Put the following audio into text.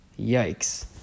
Yikes